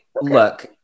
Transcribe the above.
look